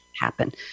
happen